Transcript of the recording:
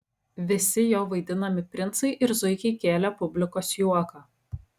visi jo vaidinami princai ir zuikiai kėlė publikos juoką